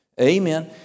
amen